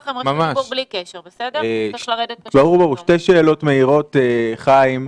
שתי שאלות מהירות לחיים.